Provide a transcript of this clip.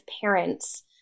parents